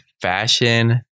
fashion